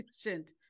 efficient